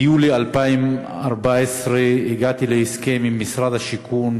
ביולי 2014 הגעתי להסכם עם משרד השיכון,